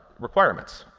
requirements.